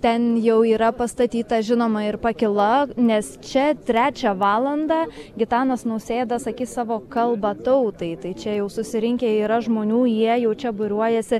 ten jau yra pastatyta žinoma ir pakyla nes čia trečią valandą gitanas nausėda sakys savo kalbą tautai tai čia jau susirinkę yra žmonių jie jau čia būriuojasi